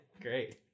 great